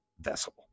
vessel